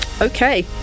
Okay